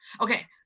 Okay